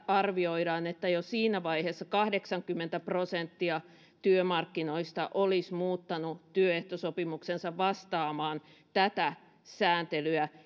arvioidaan että jo siinä vaiheessa kahdeksankymmentä prosenttia työmarkkinoista olisi muuttanut työehtosopimuksensa vastaamaan tätä sääntelyä